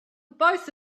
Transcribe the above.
both